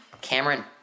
Cameron